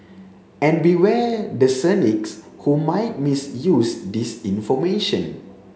and beware the cynics who might misuse this information